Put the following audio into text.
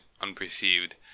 unperceived